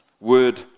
Word